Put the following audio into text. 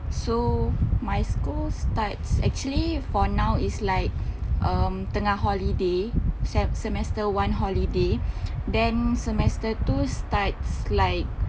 so my school starts actually for now it's like um tengah holiday sem~ semester one holiday then semester two starts like